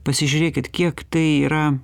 pasižiūrėkit kiek tai yra